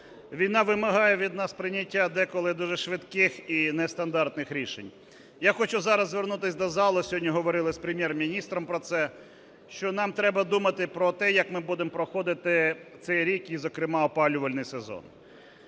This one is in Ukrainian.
війна вимагає від нас прийняття деколи дуже швидких і нестандартних рішень. Я хочу зараз звернутись до зали. Сьогодні говорили з Прем'єр-міністром про це, що нам треба думати про те, як ми будемо проходити цей рік і, зокрема, опалювальний сезон.